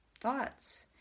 thoughts